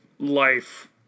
life